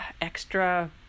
extra